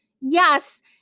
yes